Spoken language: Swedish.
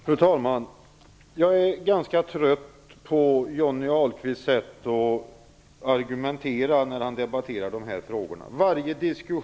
Fru talman! Jag är ganska trött på Johnny Ahlqvists sätt att argumentera när han debatterar de här frågorna.